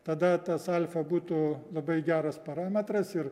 tada tas alfa būtų labai geras parametras ir